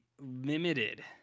limited